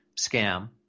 scam